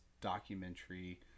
documentary